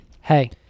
hey